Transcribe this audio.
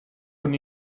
con